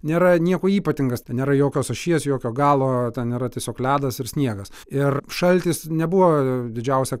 nėra niekuo ypatingas ten nėra jokios ašies jokio galo ten yra tiesiog ledas ir sniegas ir šaltis nebuvo didžiausia